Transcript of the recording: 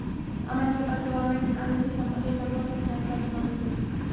अमन के पास government bond से सम्बंधित लगभग सब जानकारी मौजूद है